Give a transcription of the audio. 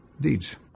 deeds